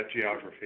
geography